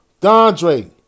Dondre